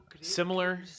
similar